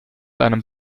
einem